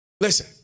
Listen